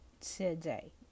today